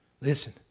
Listen